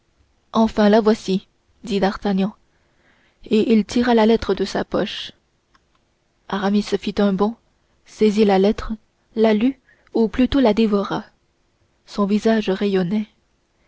enfin la voici dit d'artagnan et il tira la lettre de sa poche aramis fit un bond saisit la lettre la lut ou plutôt la dévora son visage rayonnait